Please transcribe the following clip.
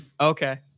Okay